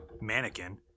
mannequin